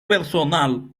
personal